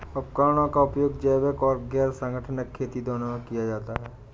उपकरणों का उपयोग जैविक और गैर संगठनिक खेती दोनों में किया जाता है